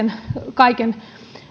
kaiken